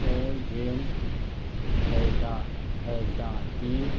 खंय गेम खेयटा खेळटा ती